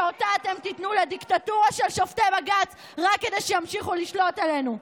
שאותו אתם תיתנו לדיקטטורה של שופטי בג"ץ רק כדי שימשיכו לשלוט עלינו.